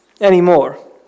anymore